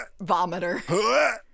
vomiter